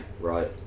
right